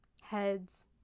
heads